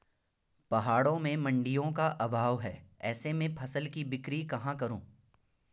पहाड़ों में मडिंयों का अभाव है ऐसे में फसल की बिक्री कहाँ करूँ?